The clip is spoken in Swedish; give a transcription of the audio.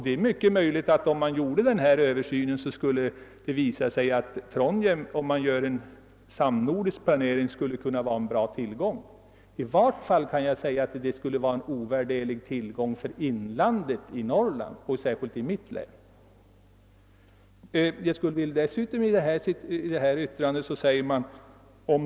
Det är mycket möjligt att det om man gjorde denna översyn skulle visa sig att Trondheim skulle vara en bra tillgång inom ramen för en samnordisk planering. I varje fall kan jag säga att det skulle vara en ovärderlig tillgång för inlandet i Norrland och särskilt för mitt län.